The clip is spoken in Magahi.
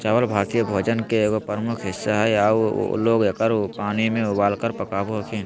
चावल भारतीय भोजन के एगो प्रमुख हिस्सा हइ आऊ लोग एकरा पानी में उबालकर पकाबो हखिन